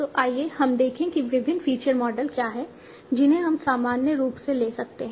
तो आइए हम देखें कि विभिन्न फीचर मॉडल क्या हैं जिन्हें हम सामान्य रूप से ले सकते हैं